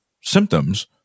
symptoms